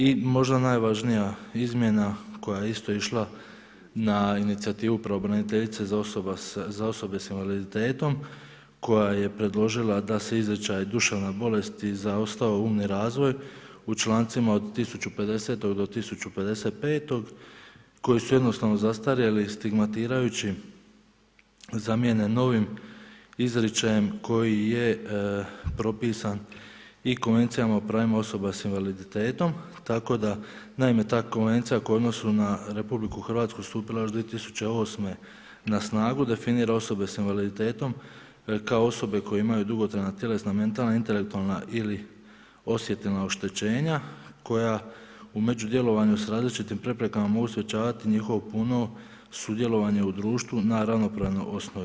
I možda najvažnija izmjena koja je isto išla na inicijativu Pravobraniteljice za osobe s invaliditetom koja je predložila da se izričaj „duševna bolest i zaostao umni razvoj“ u člancima od 1050. do 1055. koji su jednostavno zastarjeli, stigmatirajući zamijene novim izričajem koji je propisan i Konvencijama o pravima osoba sa invaliditetom, tako da naime, ta konvencija u odnosu na Republiku Hrvatsku je stupila još 2008. na snagu, definira osobe sa invaliditetom kao osobe koje imaju dugotrajna tjelesna, mentalna i intelektualna ili osjetilna oštećenja koja u međudjelovanju sa različitim preprekama mogu sprječavati njihovo puno sudjelovanje u društvu na ravnopravnoj osnovi.